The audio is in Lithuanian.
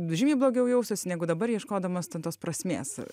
žymiai blogiau jausiuosi negu dabar ieškodamas ten tos prasmės